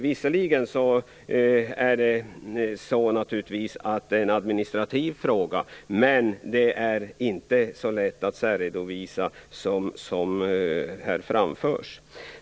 Visserligen är det en administrativ fråga, men det är inte så lätt att särredovisa som här framförs.